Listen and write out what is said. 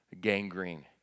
gangrene